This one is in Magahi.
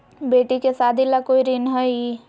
बेटी के सादी ला कोई ऋण हई?